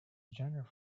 genre